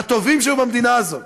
הטובים שהיו במדינה הזאת.